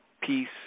peace